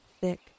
thick